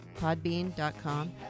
podbean.com